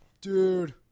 dude